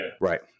Right